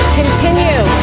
continue